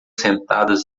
sentadas